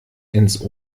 ins